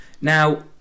Now